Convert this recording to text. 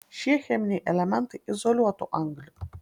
šie cheminiai elementai izoliuotų anglį